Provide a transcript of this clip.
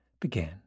began